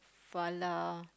far lah